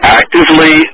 actively